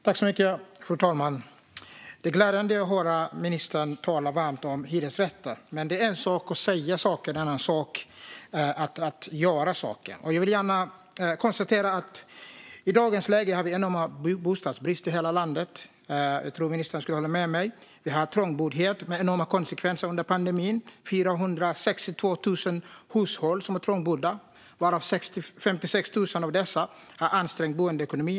Fru talman! Det är glädjande att höra ministern tala varmt om hyresrätter. Men det är en sak att prata, en annan att göra. I dagens läge har vi bostadsbrist i hela landet. Det tror jag att ministern håller med mig om. Trångboddheten har fått enorma konsekvenser under pandemin. Enligt Boverket är det 462 000 hushåll som är trångbodda, och 56 000 av dessa har ansträngd boendeekonomi.